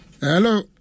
Hello